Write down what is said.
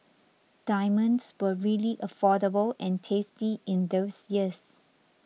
diamonds were really affordable and tasty in those years